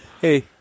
Hey